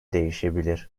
değişebilir